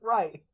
Right